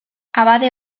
abade